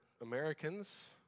Americans